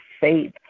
faith